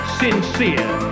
sincere